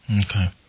Okay